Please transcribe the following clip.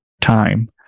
time